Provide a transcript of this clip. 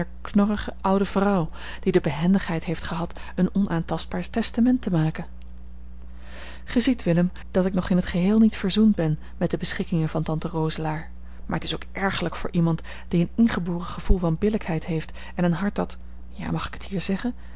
oude vrouw die de behendigheid heeft gehad een onaantastbaar testament te maken gij ziet willem dat ik nog in t geheel niet verzoend ben met de beschikkingen van tante roselaer maar t is ook ergerlijk voor iemand die een ingeboren gevoel van billijkheid heeft en een hart dat ja ik mag het hier zeggen